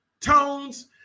tones